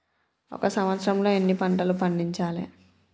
ఒక సంవత్సరంలో ఎన్ని పంటలు పండించాలే?